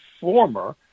former